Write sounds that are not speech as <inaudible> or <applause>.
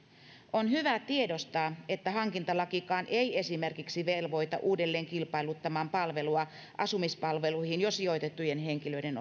on hyvä tiedostaa että hankintalakikaan ei velvoita esimerkiksi uudelleen kilpailuttamaan palvelua asumispalveluihin jo sijoitettujen henkilöiden <unintelligible>